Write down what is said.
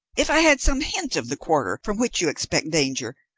if i had some hint of the quarter from which you expect danger,